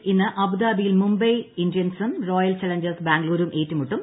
എല്ലിൽ ഇന്ന് അബുദാബിയിൽ മുംബൈ ഇന്ത്യൻസും റോയൽ ചലഞ്ചേഴ്സ് ബാംഗ്ലൂരും ഏറ്റുമുട്ടും